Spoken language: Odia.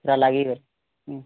ପୂରା ଲାଗିକି ରହିବ ହୁଁ